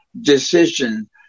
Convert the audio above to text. decision